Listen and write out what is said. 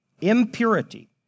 impurity